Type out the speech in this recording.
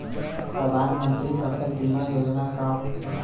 प्रधानमंत्री फसल बीमा योजना का होखेला?